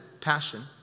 passion